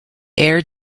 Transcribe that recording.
air